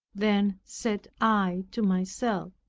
then said i to myself,